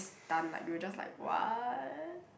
stunned like you were just like !what!